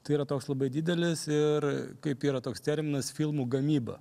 tai yra toks labai didelis ir kaip yra toks terminas filmų gamyba